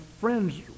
friends